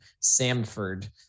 Samford